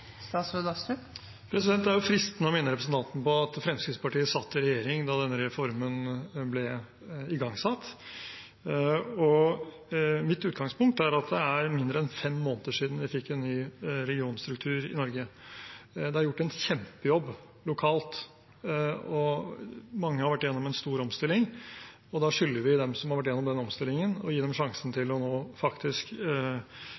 minne representanten Njåstad om at Fremskrittspartiet satt i regjering da denne reformen ble igangsatt. Mitt utgangspunkt er at det er mindre enn fem måneder siden vi fikk en ny regionstruktur i Norge. Det er gjort en kjempejobb lokalt, og mange har vært gjennom en stor omstilling. Da skylder vi dem som har vært gjennom den omstillingen, å gi dem sjansen